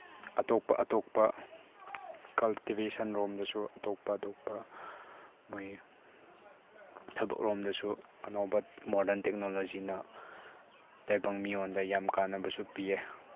ꯑꯇꯣꯞꯄ ꯑꯇꯣꯞꯄ ꯀꯜꯇꯤꯚꯦꯁꯟꯂꯣꯝꯗꯁꯨ ꯑꯇꯣꯞꯄ ꯑꯇꯣꯞꯄ ꯃꯣꯏ ꯊꯕꯛꯂꯣꯝꯗꯁꯨ ꯑꯅꯧꯕ ꯃꯣꯔꯗꯔꯟ ꯇꯦꯛꯅꯣꯂꯣꯖꯤꯅ ꯇꯥꯏꯕꯪ ꯃꯤꯉꯣꯟꯗ ꯌꯥꯝ ꯀꯥꯅꯕꯁꯨ ꯄꯤꯌꯦ